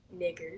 Niggers